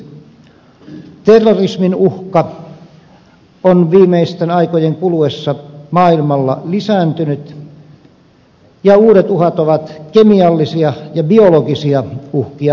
terrorismin uhka on viimeisten aikojen kuluessa maailmalla lisääntynyt ja uudet uhat ovat kemiallisia ja biologisia uhkia myöskin